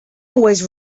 always